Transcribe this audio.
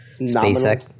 SpaceX